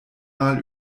mal